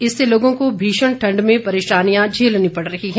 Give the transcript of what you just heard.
इससे लोगों को भीषण ठंड में परेशानियां झेलनी पड़ रही हैं